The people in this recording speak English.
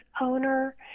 owner